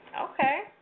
Okay